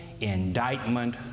indictment